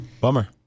Bummer